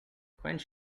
quench